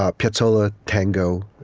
ah piazzolla, tango,